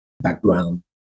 Background